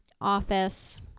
office